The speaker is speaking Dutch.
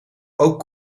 ook